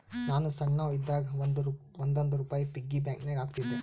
ನಾನು ಸಣ್ಣವ್ ಇದ್ದಾಗ್ ಒಂದ್ ಒಂದ್ ರುಪಾಯಿ ಪಿಗ್ಗಿ ಬ್ಯಾಂಕನಾಗ್ ಹಾಕ್ತಿದ್ದೆ